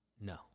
No